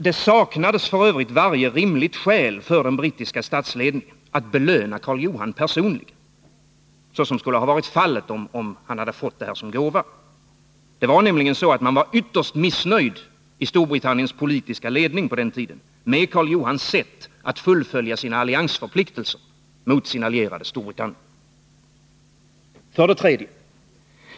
Det saknades varje rimligt skäl för den brittiska statsledningen att belöna Karl Johan personligen, vilket varit fallet om han fått detta som gåva. I Storbritanniens politiska ledning var man nämligen ytterst missnöjd med Karl Johans sätt att fullfölja sina alliansförpliktelser mot Storbritannien. 3.